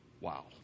Wow